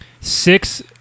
six